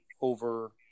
over